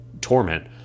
Torment